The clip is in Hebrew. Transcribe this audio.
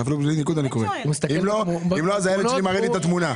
אם לא זה היה מראה לי תמונה.